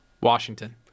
Washington